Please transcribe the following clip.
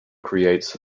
creates